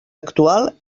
actual